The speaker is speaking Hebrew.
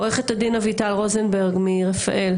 עורכת הדין אביטל רוזנברג מרפאל.